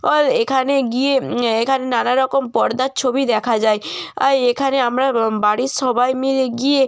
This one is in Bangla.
হল এখানে গিয়ে এখানে নানা রকম পর্দার ছবি দেখা যায় আয় এখানে আমরা বাড়ির সবাই মিলে গিয়ে